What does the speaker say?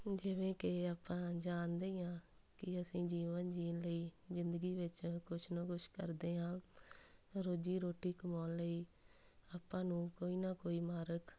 ਜਿਵੇਂ ਕਿ ਆਪਾਂ ਜਾਣਦੇ ਹੀ ਹਾਂ ਕਿ ਅਸੀਂ ਜੀਵਨ ਜੀਣ ਲਈ ਜ਼ਿੰਦਗੀ ਵਿੱਚ ਕੁਛ ਨਾ ਕੁਛ ਕਰਦੇ ਹਾਂ ਰੋਜ਼ੀ ਰੋਟੀ ਕਮਾਉਣ ਲਈ ਆਪਾਂ ਨੂੰ ਕੋਈ ਨਾ ਕੋਈ ਮਾਰਗ